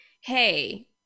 hey